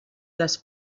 les